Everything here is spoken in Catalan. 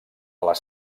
les